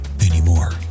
anymore